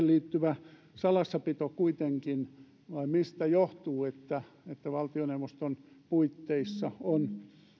liittyvä salassapito kuitenkin vai mistä johtuu että että valtioneuvoston puitteissa on